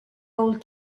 old